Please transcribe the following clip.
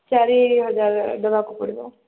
ଚାରି ହଜାର ଦେବାକୁ ପଡ଼ିବ